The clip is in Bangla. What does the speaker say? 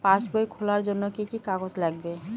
পাসবই খোলার জন্য কি কি কাগজ লাগবে?